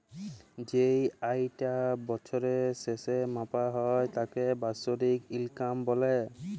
যেই আয়িটা বছরের শেসে মাপা হ্যয় তাকে বাৎসরিক ইলকাম ব্যলে